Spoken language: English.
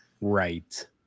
Right